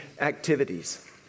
activities